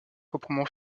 proprement